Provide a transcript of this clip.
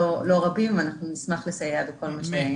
רבים ואנחנו נשמח לסייע בכל מה שאנחנו יכולים.